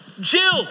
Jill